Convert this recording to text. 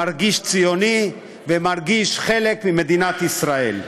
מרגיש ציוני ומרגיש חלק ממדינת ישראל.